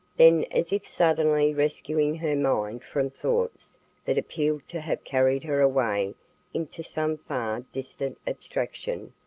then, as if suddenly rescuing her mind from thoughts that appealed to have carried her away into some distant abstraction,